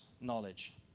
knowledge